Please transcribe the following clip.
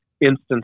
instances